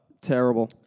Terrible